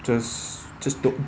just just don't